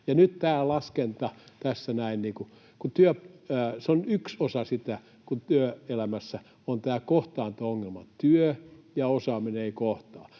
Nyt tämä laskenta tässä näin on yksi osa sitä, kun työelämässä on tämä kohtaanto-ongelma: kun työ ja osaaminen eivät kohtaa,